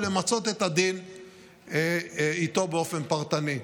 ולמצות את הדין איתו באופן פרטני.